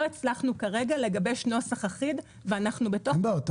לא הצלחנו כרגע לגבש נוסח אחיד ואנחנו בתוך --- אין בעיות,